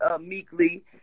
meekly